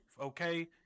okay